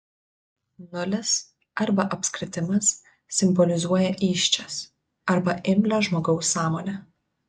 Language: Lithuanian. nulis arba apskritimas simbolizuoja įsčias arba imlią žmogaus sąmonę